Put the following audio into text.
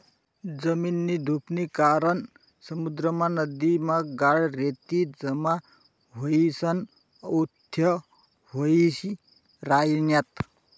जमीननी धुपनी कारण समुद्रमा, नदीमा गाळ, रेती जमा व्हयीसन उथ्थय व्हयी रायन्यात